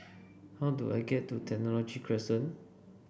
how do I get to Technology Crescent